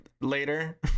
later